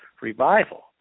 revival